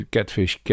Catfish